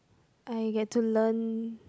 I get to learn